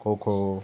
kho kho